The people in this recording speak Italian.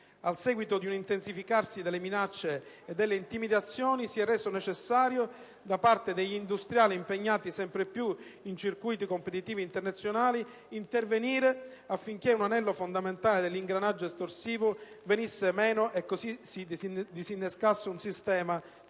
A seguito di un intensificarsi delle minacce e delle intimidazioni si è reso necessario, da parte degli industriali impegnati sempre più in circuiti competitivi internazionali, intervenire affinché un anello fondamentale dell'ingranaggio estorsivo venisse meno e così disinnescasse un sistema